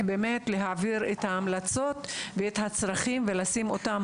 באמת להעביר את ההמלצות והצרכים ולשים אותן,